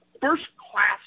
first-class